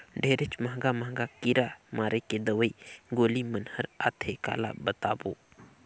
ढेरेच महंगा महंगा कीरा मारे के दवई गोली मन हर आथे काला बतावों